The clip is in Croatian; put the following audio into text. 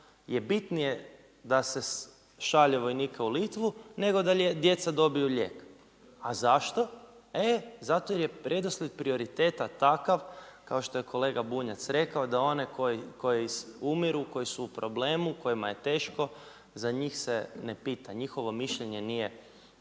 je bitnije da se šalje vojnika u Litvu, nego da djeca dobiju lijek. A zašto? E zato jer je redoslijed prioriteta takav, kao što je kolega Bunjac rekao, da oni koji umiru, koji su u problemu, kojima je teško, za njih se ne pita. Njihovo mišljenje nije